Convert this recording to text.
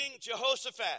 Jehoshaphat